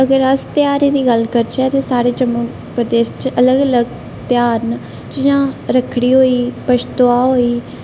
अगर अस तेहारें दी गल्ल करचै ते साढ़े जम्मू प्रदेश च बड़े तेहारें न जि'यां रक्खड़ी होई बच्छ दुआ होई